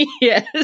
Yes